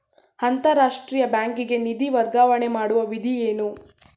ಅಂತಾರಾಷ್ಟ್ರೀಯ ಬ್ಯಾಂಕಿಗೆ ನಿಧಿ ವರ್ಗಾವಣೆ ಮಾಡುವ ವಿಧಿ ಏನು?